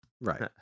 Right